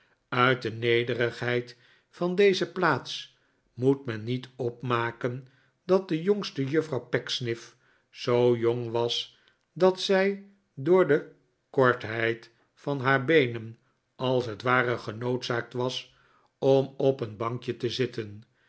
uit de nederigheid van deze plaats moet men niet opmaken dat de jongste juffrouw pecksniff zoo jong was dat zij door de kortheid van haar taeenen als het ware ge noodzaakt was om op een bankje te zitten